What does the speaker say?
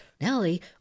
Nellie